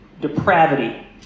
depravity